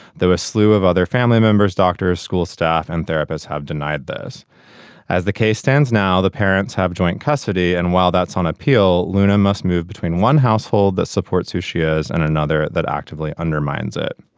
though a slew of other family members doctors school staff and therapists have denied this as the case stands now the parents have joint custody and while that's on appeal luna must move between one household that supports who she is and another that actively undermines it.